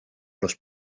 los